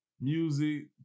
Music